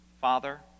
Father